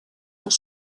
sont